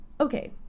okay